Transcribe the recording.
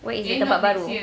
what is the tempat baru